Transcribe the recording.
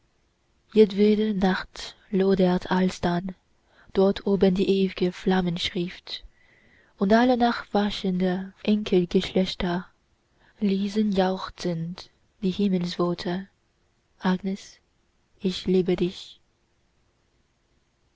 jedwede nacht lodert alsdann dort oben die ewige flammenschrift und alle nachwachsende enkelgeschlechter lesenjauchzend die himmelsworte agnes ich liebe dich